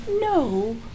No